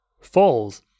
falls